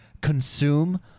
consume